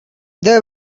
there